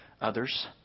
others